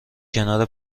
کنار